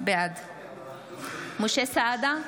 בעד משה סעדה,